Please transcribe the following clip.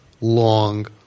long